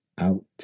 out